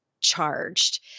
charged